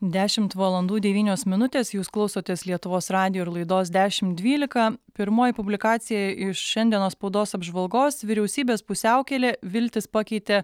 dešimt valandų devynios minutės jūs klausotės lietuvos radijo ir laidos dešim dvylika pirmoji publikacija iš šiandienos spaudos apžvalgos vyriausybės pusiaukelė viltis pakeitė